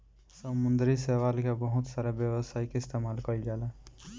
समुंद्री शैवाल के बहुत सारा व्यावसायिक इस्तेमाल कईल जाला